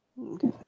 Okay